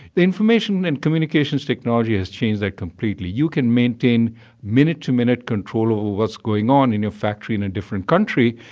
the information and communications technology has changed that completely. you can maintain minute-to-minute control over what's going on in your factory in a different country,